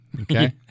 Okay